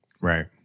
Right